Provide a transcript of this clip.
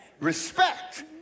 respect